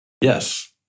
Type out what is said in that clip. Yes